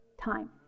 time